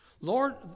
Lord